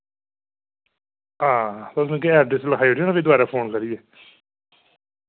हां तुस मिकी अड्रैस लखाई ओड़ेएयो ना फ्ही दोबारा फोन करियै